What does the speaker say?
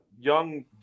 young –